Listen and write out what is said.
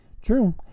True